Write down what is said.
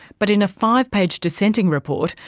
but in a five-page dissenting report,